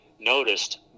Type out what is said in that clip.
noticed